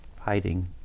hiding